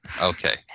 Okay